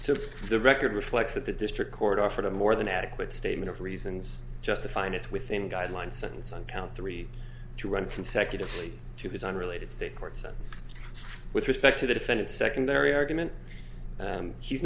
so the record reflects that the district court offered a more than adequate statement of reasons just to find it's within guidelines sentence on count three to run consecutively to his unrelated state courts with respect to the defendant secondary argument he's